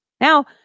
Now